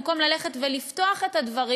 במקום ללכת ולפתוח את הדברים,